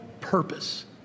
purpose